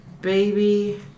baby